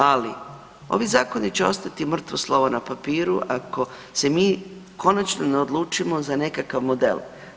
Ali, ovi zakoni će ostati mrtvo slovo na papiru ako se mi konačno ne odlučimo za nekakav model.